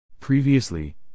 Previously